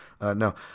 No